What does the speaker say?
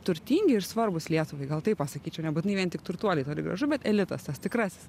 turtingi ir svarbūs lietuvai gal taip pasakyčiau nebūtinai vien tik turtuoliai toli gražu bet elitas tas tikrasis